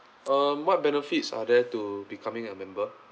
um what benefits are there to becoming a member